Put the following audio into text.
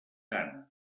sant